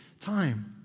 time